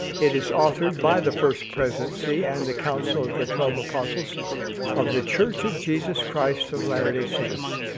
it is authored by the first presidency and the council of the twelve apostles of the church of jesus christ of latter-day saints.